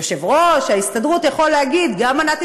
יושב-ראש ההסתדרות יכול להגיד: גם מנעתי